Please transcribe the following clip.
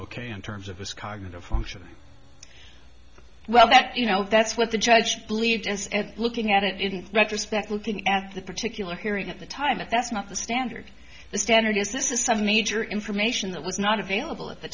ok in terms of his cognitive functioning well that you know that's what the judge believed in looking at it in retrospect looking at that particular hearing at the time if that's not the standard the standard is this is some major information that was not available at the